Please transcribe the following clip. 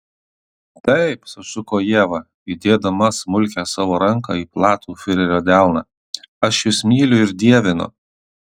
taip sušuko ieva įdėdama smulkią savo ranką į platų fiurerio delną aš jus myliu ir dievinu